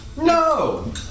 No